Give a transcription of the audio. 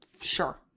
Sure